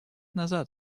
назад